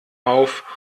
auf